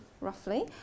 roughly